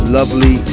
Lovely